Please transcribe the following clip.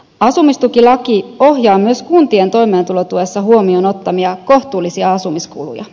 asumistukilaki ohjaa myös kuntien toimeentulotuessa huomioon ottamia kohtuullisia asumiskuluja